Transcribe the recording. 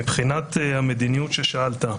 מבחינת המדיניות ששאלת,